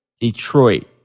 Detroit